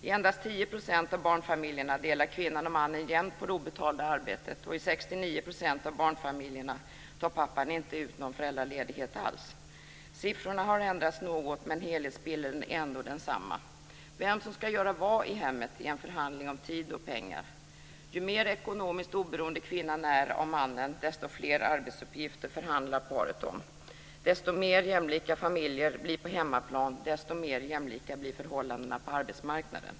I endast 10 % av barnfamiljerna delar kvinnan och mannen jämnt på det obetalda arbetet, och i 69 % av barnfamiljerna tar pappan inte ut någon föräldraledighet alls. Siffrorna har ändrats något, men helhetsbilden är ändå den samma. Vem som ska göra vad i hemmet är en förhandling om tid och pengar. Ju mer ekonomiskt oberoende kvinnan är av mannen, desto fler arbetsuppgifter förhandlar paret om. Ju mer jämlika familjer blir på hemmaplan, desto mer jämlika blir förhållandena på arbetsmarknaden.